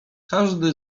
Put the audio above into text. każdy